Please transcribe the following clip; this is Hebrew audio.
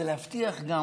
ולהבטיח גם